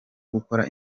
gukora